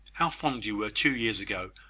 how fond you were, two years ago,